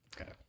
Okay